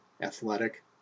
athletic